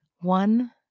one